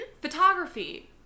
Photography